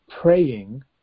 praying